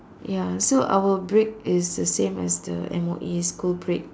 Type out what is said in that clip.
ya so our break is the same as the M_O_E school break